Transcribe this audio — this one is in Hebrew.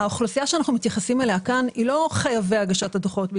האוכלוסייה שאנחנו מתייחסים אליה כאן היא לא חייבי הגשת הדוחות.